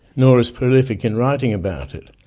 nor as prolific in writing about it.